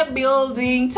building